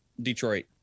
detroit